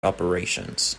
operations